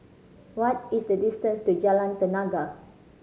what is the distance to Jalan Tenaga